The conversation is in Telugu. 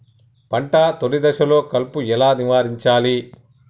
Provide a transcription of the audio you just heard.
పంట తొలి దశలో కలుపు ఎలా నివారించాలి?